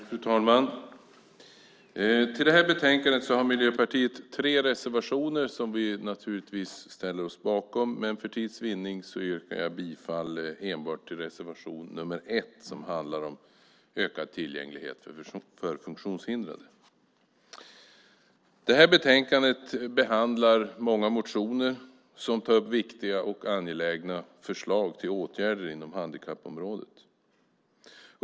Fru talman! Till detta betänkande har Miljöpartiet tre reservationer som vi naturligtvis står bakom, men för tids vinnande yrkar jag bifall enbart till reservation nr 1, som handlar om ökad tillgänglighet för funktionshindrade. I det här betänkandet behandlas många motioner som tar upp viktiga och angelägna förslag till åtgärder inom handikappområdet.